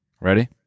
Ready